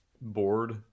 bored